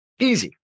Easy